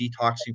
detoxing